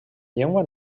llengua